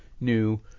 new